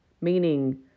Meaning